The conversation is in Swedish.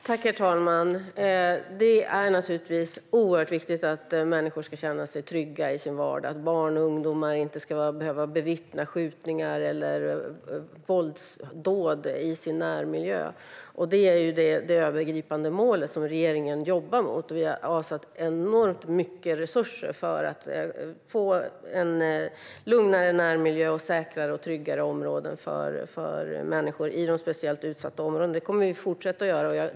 Herr talman! Det är naturligtvis oerhört viktigt att människor ska känna sig trygga i sin vardag och att barn och ungdomar inte ska behöva bevittna skjutningar eller våldsdåd i sin närmiljö. Det är det övergripande mål som regeringen jobbar mot. Vi har avsatt enormt mycket resurser för att få en lugnare närmiljö och säkrare och tryggare områden för människor i de speciellt utsatta områdena. Det kommer vi att fortsätta göra.